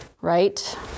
right